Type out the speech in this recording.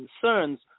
concerns